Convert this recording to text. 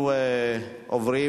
מוכות),